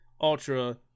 Ultra